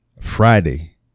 friday